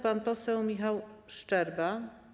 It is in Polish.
Pan poseł Michał Szczerba.